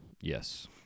Yes